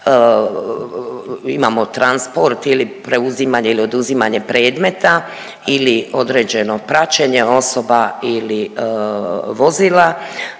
imamo transport ili preuzimanje ili oduzimanje predmeta ili određeno praćenje osoba ili vozila